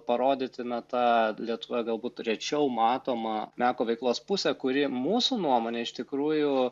parodyti na tą lietuvoje galbūt rečiau matomą meko veiklos pusę kuri mūsų nuomone iš tikrųjų